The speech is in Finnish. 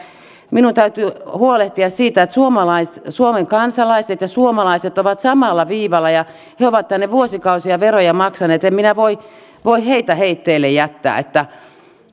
minun täytyy huolehtia siitä että suomen kansalaiset ja suomalaiset ovat samalla viivalla ja he ovat tänne vuosikausia veroja maksaneet en minä voi voi heitä heitteille jättää